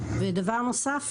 דבר נוסף,